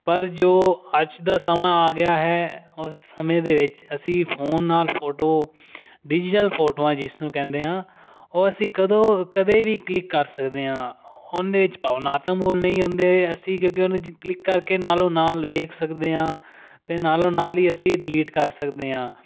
ਪਰ ਜੋ ਅੱਜ ਦਾ ਸਮਾਂ ਆ ਗਿਆ ਹੈ ਉਸ ਸਮੇਂ ਦੇ ਵਿੱਚ ਅਸੀਂ ਫੋਨ ਨਾਲ ਫੋਟੋ ਡਿਜੀਟਲ ਫੋਟੋਆਂ ਜਿਸ ਨੂੰ ਕਹਿੰਦੇ ਹਾਂ ਉਹ ਅਸੀਂ ਕਦੋਂ ਕਦੇ ਵੀ ਕਲਿੱਕ ਕਰ ਸਕਦੇ ਹਾਂ ਉਹਦੇ ਵਿੱਚ ਭਾਵਨਾਤਮਕ ਮੁੱਲ ਨਹੀਂ ਹੁੰਦੇ ਅਸੀਂ ਕਿਉਂਕਿ ਉਹਦੇ ਵਿੱਚ ਕਲਿੱਕ ਕਰਕੇ ਨਾਲੋ ਨਾਲ ਵੇਖ ਸਕਦੇ ਹਾਂ ਅਤੇ ਨਾਲੋਂ ਨਾਲ ਹੀ ਅਸੀਂ ਡਿਲੀਟ ਕਰ ਸਕਦੇ ਹਾਂ